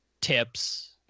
tips